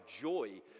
joy